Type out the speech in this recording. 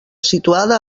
situada